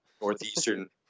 northeastern